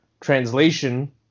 translation